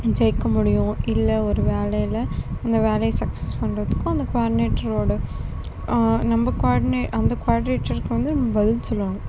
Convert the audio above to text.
ஜெயிக்க முடியும் இல்லை ஒரு வேலையில் அந்த வேலையை சக்சஸ் பண்ணுறதுக்கும் அந்தக் குவாடினேட்டரோடய நம்ப குவாடினே அந்தக் குவாடினேட்டருக்கு வந்து பதில் சொல்லணும்